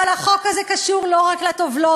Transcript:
אבל החוק הזה קשור לא רק לטובלות,